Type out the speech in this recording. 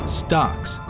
stocks